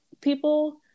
people